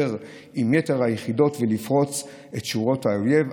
עם יתר היחידות ולפרוץ את שורות האויב,